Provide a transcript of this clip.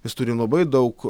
mes turim labai daug